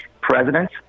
president